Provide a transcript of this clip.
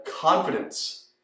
confidence